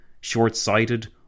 short-sighted